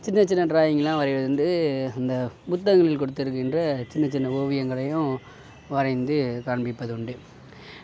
சின்னச் சின்ன ட்ராயிங்கெலாம் வரைகிறது வந்து அந்த புத்தகங்கள் கொடுத்துருக்கின்ற சின்னச் சின்ன ஓவியங்களையும் வரைந்து காண்பிப்பது உண்டு